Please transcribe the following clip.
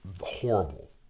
horrible